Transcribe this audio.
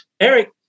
Eric